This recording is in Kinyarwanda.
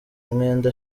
umwenda